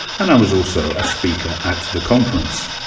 and i was also a speaker at the conference.